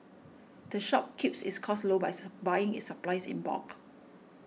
the shop keeps its costs low by buying its supplies in bulk